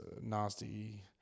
nasty